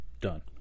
done